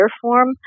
form